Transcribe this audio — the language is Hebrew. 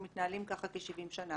אנחנו מתנהלים ככה כ-70 שנה